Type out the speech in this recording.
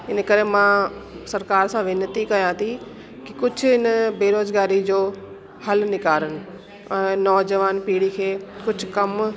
हिन करे मां सरकार सां वेनिती कयां थी की कुझु न बेरोज़गारी जो हल निकारन नौजवान पीढी खे कुझु कम